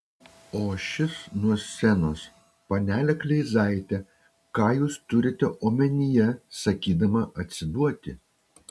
o šis nuo scenos panele kleizaite ką jūs turite omenyje sakydama atsiduoti